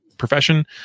profession